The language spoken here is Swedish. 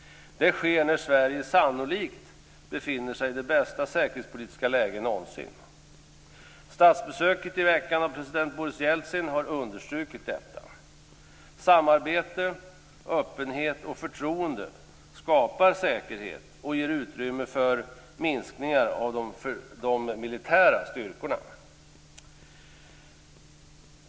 Det sker när Sverige sannolikt befinner sig i det bästa säkerhetspolitiska läget någonsin. Statsbesöket i veckan av president Boris Jeltsin har understrukit detta. Samarbete, öppenhet och förtroende skapar säkerhet och ger utrymme för minskningar av de militära styrkorna.